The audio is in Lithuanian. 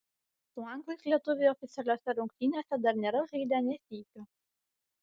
su anglais lietuviai oficialiose rungtynėse dar nėra žaidę nė sykio